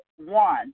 One